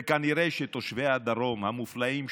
וכנראה שתושבי הדרום המופלאים,